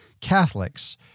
Catholics